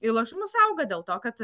į lošimus auga dėl to kad